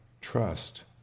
trust